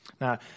Now